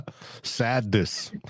Sadness